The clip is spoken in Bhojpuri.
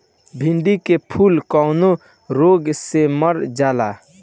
भिन्डी के फूल कौने रोग से मर जाला?